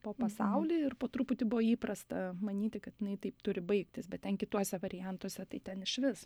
po pasaulį ir po truputį buvo įprasta manyti kad jinai taip turi baigtis bet ten kituose variantuose tai ten išvis